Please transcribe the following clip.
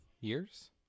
Years